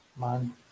Man